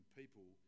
people